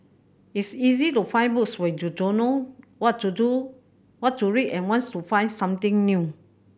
it's easy to find books when you don't know what to do what to read and wants to find something new